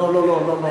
לא לא לא.